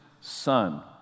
Son